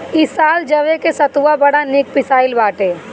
इ साल जवे के सतुआ बड़ा निक पिसाइल बाटे